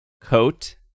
coat